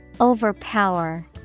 Overpower